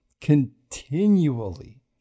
continually